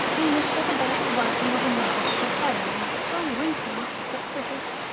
he must set about the writing of a novel with a heroine so winsome, capricious,